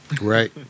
Right